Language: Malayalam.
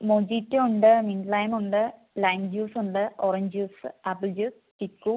മോജിറ്റോ ഉണ്ട് മിൻറ്റ് ലൈയിം ഉണ്ട് ലൈയിം ജ്യൂസ് ഉണ്ട് orange juice apple juice chikoo